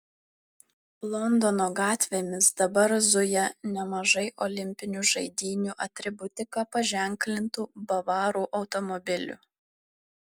londono gatvėmis dabar zuja nemažai olimpinių žaidynių atributika paženklintų bavarų automobilių